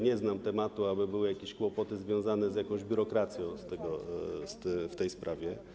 Nie znam tematu, aby były jakieś kłopoty związane z jakąś biurokracją w tej sprawie.